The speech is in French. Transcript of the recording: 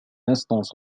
instances